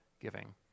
giving